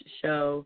show